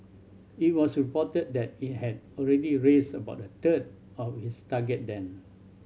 it was reported that it had already raised about a third of its target then